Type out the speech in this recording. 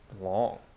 long